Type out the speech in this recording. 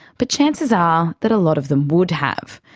but chances are that a lot of them would have.